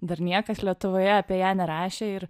dar niekas lietuvoje apie ją nerašė ir